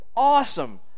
awesome